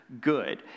good